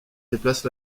déplace